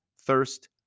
thirst